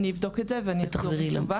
אני אבדוק את זה ואחזור עם תשובה.